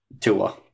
tua